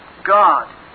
God